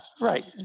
right